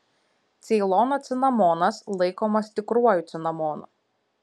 ceilono cinamonas laikomas tikruoju cinamonu